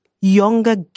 younger